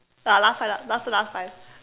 ya last time lah last time last time